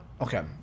okay